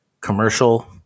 commercial